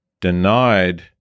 denied